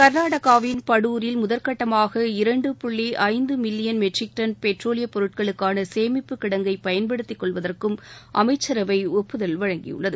கர்நாடகாவின் படுரில் முதல் கட்டமாக இரண்டு புள்ளி ஐந்து மில்லியன் மெட்ரிக் டன் பெட்ரோலியப் பொருட்களுக்கான சேமிப்பு கிடங்கை பயன்படுத்திக் கொள்வதற்கும் அமைச்சரவை ஒப்புதல் வழங்கியுள்ளது